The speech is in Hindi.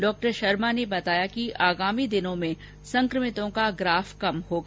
डॉ शर्मा ने बताया कि आगामी दिनों में संक्रमितों का ग्राफ कम होगा